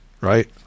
right